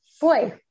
Boy